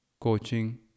coaching